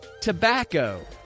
tobacco